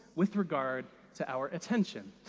with regard to our attention.